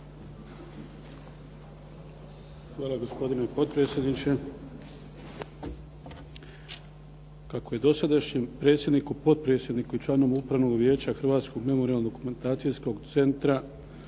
Prijedlog odluke o razrješenju dosadašnjeg predsjednika, potpredsjednika i članova Upravnog vijeća Hrvatskog memorijalno-dokumentacijskog centra